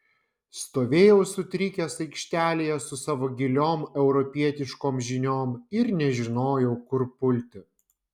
stovėjau sutrikęs aikštelėje su savo giliom europietiškom žiniom ir nežinojau kur pulti